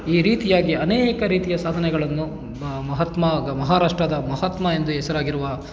ಈ ರೀತಿಯಾಗಿ ಅನೇಕ ರೀತಿಯ ಸಾಧನೆಗಳನ್ನು ಮಹಾತ್ಮ ಮಹಾರಾಷ್ಟ್ರದ ಮಹಾತ್ಮ ಎಂದು ಹೆಸರಾಗಿರುವ